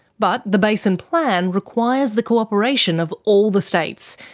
but the basin plan requires the cooperation of all the states,